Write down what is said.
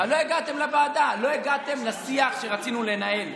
לא הגעתם לוועדה, לא הגעתם לשיח שרצינו לנהל.